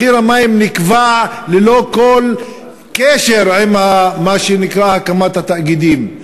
מחיר המים נקבע ללא כל קשר עם מה שנקרא הקמת התאגידים.